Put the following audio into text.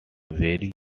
very